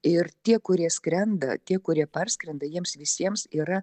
ir tie kurie skrenda tie kurie parskrenda jiems visiems yra